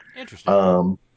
Interesting